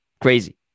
crazy